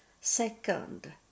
second